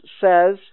says